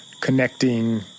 connecting